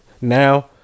now